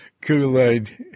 Kool-Aid